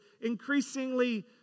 increasingly